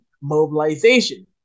mobilization